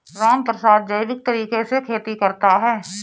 रामप्रसाद जैविक तरीके से खेती करता है